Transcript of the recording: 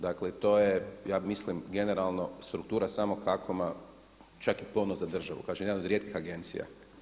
Dakle to je ja mislim generalno struktura samog HAKOM-a čak i ponos za državu, kažem jedna od rijetkih agencija.